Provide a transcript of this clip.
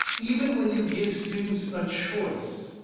even when you give students a choice,